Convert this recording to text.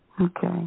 Okay